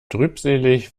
trübselig